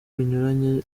binyuranye